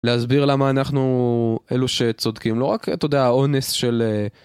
להסביר למה אנחנו אלו שצודקים, לא רק אתה יודע, אונס של...